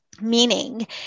meaning